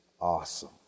awesome